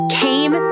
came